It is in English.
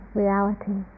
reality